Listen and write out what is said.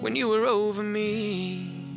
when you were over me